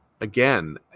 Again